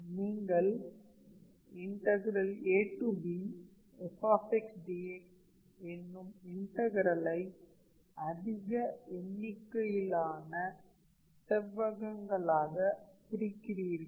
நீங்கள் abf dx என்னும் இன்டகரலை அதிக எண்ணிக்கையிலான செவ்வகங்களாக பிரிக்கிறிர்கள்